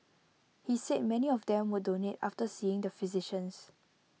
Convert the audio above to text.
he said many of them would donate after seeing the physicians